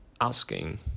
asking